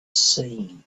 seen